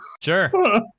sure